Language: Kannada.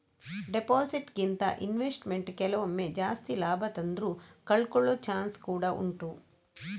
ಡೆಪಾಸಿಟ್ ಗಿಂತ ಇನ್ವೆಸ್ಟ್ಮೆಂಟ್ ಕೆಲವೊಮ್ಮೆ ಜಾಸ್ತಿ ಲಾಭ ತಂದ್ರೂ ಕಳ್ಕೊಳ್ಳೋ ಚಾನ್ಸ್ ಕೂಡಾ ಉಂಟು